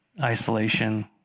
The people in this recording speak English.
isolation